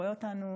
רואה אותנו,